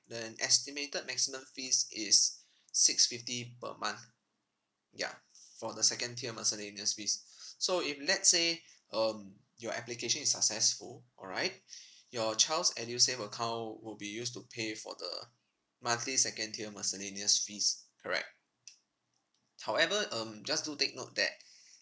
the an estimated maximum fees is six fifty per month ya for the second tier miscellaneous fees so if let's say um your application is successful alright your child's edusave account will be used to pay for the monthly second tier miscellaneous fees correct however um just do take note that